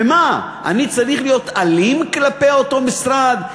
ומה, אני צריך להיות אלים כלפי אותו משרד?